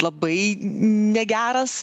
labai negeras